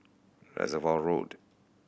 Reservoir Road